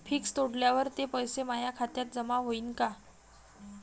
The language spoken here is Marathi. फिक्स तोडल्यावर ते पैसे माया खात्यात जमा होईनं का?